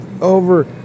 over